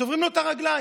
שוברים לו את הרגליים.